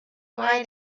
why